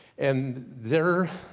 and their,